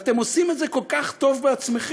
אתם עושים את זה כל כך טוב בעצמכם.